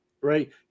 Right